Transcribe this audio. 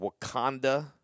Wakanda